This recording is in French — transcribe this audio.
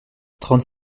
trente